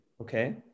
Okay